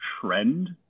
trend